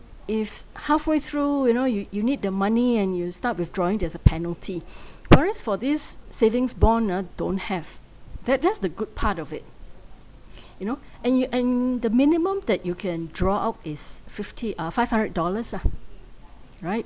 if halfway through you know you you need the money and you start withdrawing there's a penalty where else for this savings bond ah don't have that that's the good part of it you know and you and the minimum that you can draw out is fifty uh five hundred dollars ah right